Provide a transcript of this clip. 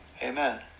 Amen